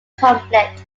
conflict